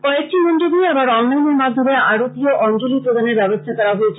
কয়েকটি মন্ডপে আবার অনলাইনের মাধ্যমে আরতি ও অঞ্জলি প্রদানের ব্যবস্থা করা হয়েছে